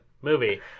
movie